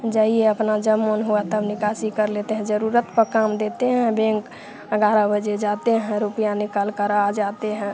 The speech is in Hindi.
जाइए अपना जब मन हुआ तब निकासी कर लेते हैं ज़रूरत पर काम देते हैं बैंक ग्यारह बजे जाते हैं रुपया निकालकर आ जाते हैं